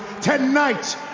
Tonight